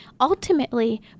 ultimately